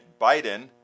Biden